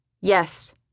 Yes